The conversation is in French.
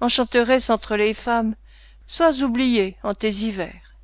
enchanteresse entre les femmes sois oubliée en tes hivers